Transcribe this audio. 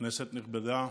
כנסת נכבדה,